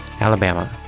Alabama